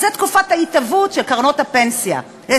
זה תקופת ההתהוות של קרנות הריט,